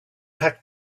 packed